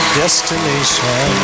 destination